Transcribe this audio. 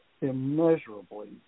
immeasurably